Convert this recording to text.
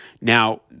Now